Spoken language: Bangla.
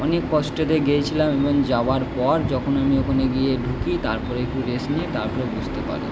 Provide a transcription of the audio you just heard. অনেক কষ্টতে গিয়েছিলাম এবং যাবার পর যখন আমি ওখানে গিয়ে ঢুকি তারপরে একটু রেস্ট নিয়ে তারপর বসতে পারি